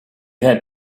had